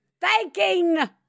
thanking